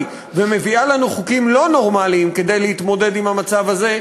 ומביאה לנו חוקים לא נורמליים כדי להתמודד עם המצב הזה,